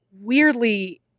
weirdly